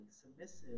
submissive